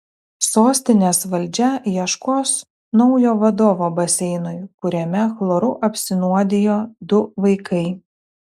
sostinės valdžia ieškos naujo vadovo baseinui kuriame chloru apsinuodijo du vaikai